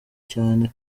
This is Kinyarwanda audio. cyane